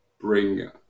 bring